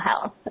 health